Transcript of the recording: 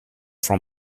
from